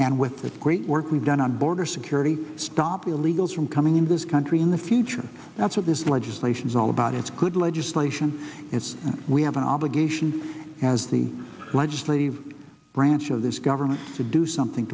and with the great work we've done on border security stop illegals from coming in this country in the future that's what this legislation is all about it's good legislation it's we have an obligation as the legislative branch of this government to do something